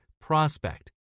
prospect